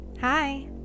Hi